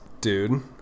dude